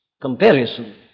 comparison